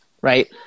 right